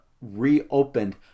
reopened